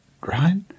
right